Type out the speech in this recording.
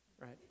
right